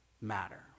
matter